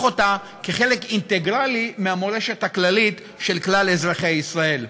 אותה לחלק אינטגרלי מהמורשת הכללית של כלל אזרחי ישראל.